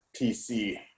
pc